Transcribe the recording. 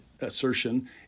assertion